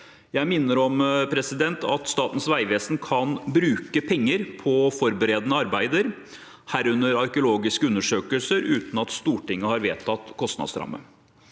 Jeg minner om at Statens vegvesen kan bruke penger på forberedende arbeider, herunder arkeologiske undersøkelser, uten at Stortinget har vedtatt kostnadsramme.